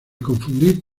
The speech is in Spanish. confundirse